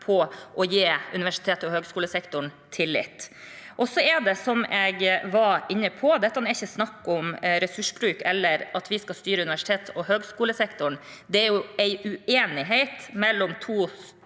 på å gi universitets- og høyskolesektoren tillit. Som jeg var inne på, er det ikke snakk om ressursbruk eller at vi skal styre universitets- og høyskolesektoren. Det er en uenighet mellom to statlige